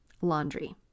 laundry